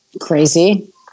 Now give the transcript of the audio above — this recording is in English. Crazy